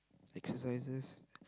exercises